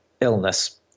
illness